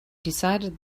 decided